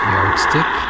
Yardstick